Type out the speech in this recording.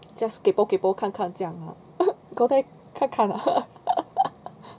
just kaypoh kaypoh 看看这样好 go there 看看啦 lah